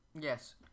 yes